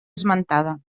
esmentada